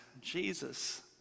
Jesus